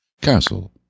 Castle